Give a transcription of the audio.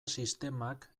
sistemak